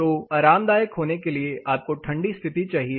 तो आरामदायक होने के लिए आपको ठंडी स्थिति चाहिए